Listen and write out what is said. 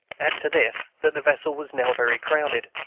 add to this, that the vessel was now very crowded,